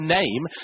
name